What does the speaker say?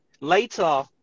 later